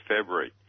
February